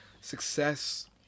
success